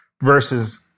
versus